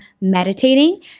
meditating